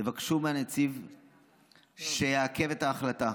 תבקשו מהנציב שיעכב את ההחלטה,